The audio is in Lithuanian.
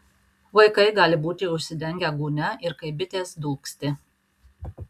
vaikai gali būti užsidengę gūnia ir kaip bitės dūgzti